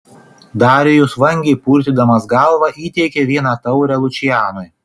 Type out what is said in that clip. darijus vangiai purtydamas galvą įteikė vieną taurę lučianui